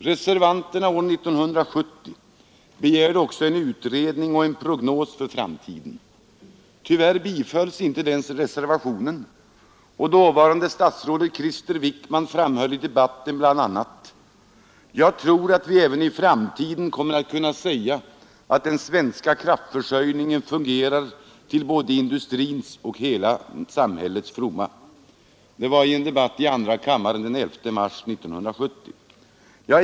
Reservanterna år 1970 begärde också en utredning och en prognos för framtiden. Tyvärr bifölls inte den reservationen, och dåvarande statsrådet Krister Wickman framhöll i debatten bl.a.: ”Jag tror att vi även i framtiden kommer att kunna säga att den svenska kraftförsörjningen fungerar till både industrins och hela samhällets fromma.” Det var i en debatt i andra kammaren den 11 mars 1970.